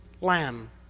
lamb